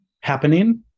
happening